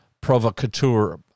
provocateur